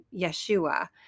Yeshua